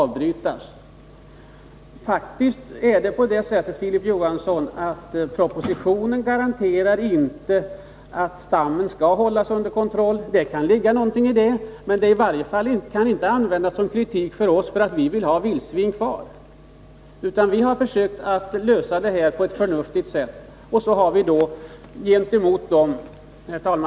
Visst är det på det sättet, Filip Johansson, att propositionen inte garanterar att stammen skall hållas under kontroll. Det kan ligga någonting i det, men det kan inte användas som kritik mot oss för att vi vill ha vildsvinen kvar. Vi har försökt lösa den frågan på ett förnuftigt sätt.